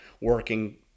working